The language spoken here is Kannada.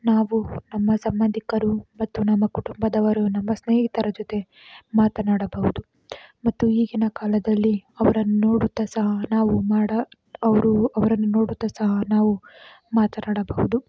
ನಾವು ನಮ್ಮ ಸಂಬಂಧಿಕರು ಮತ್ತು ನಮ್ಮ ಕುಟುಂಬದವರು ನಮ್ಮ ಸ್ನೇಹಿತರ ಜೊತೆ ಮಾತನಾಡಬಹುದು ಮತ್ತು ಈಗಿನ ಕಾಲದಲ್ಲಿ ಅವ್ರನ್ನು ನೋಡುತ್ತಾ ಸಹ ನಾವು ಮಾಡ ಅವರು ಅವರನ್ನು ನೋಡುತ್ತಾ ಸಹ ನಾವು ಮಾತನಾಡಬಹುದು